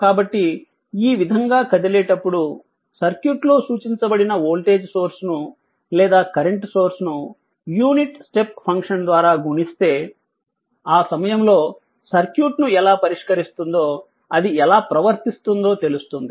కాబట్టి ఈ విధంగా కదిలేటప్పుడు సర్క్యూట్ లో సూచించబడిన వోల్టేజ్ సోర్స్ను లేదా కరెంట్ సోర్స్ ను యూనిట్ స్టెప్ ఫంక్షన్ ద్వారా గుణిస్తే ఆ సమయంలో సర్క్యూట్ను ఎలా పరిష్కరిస్తుందో అది ఎలా ప్రవర్తిస్తుందో తెలుస్తుంది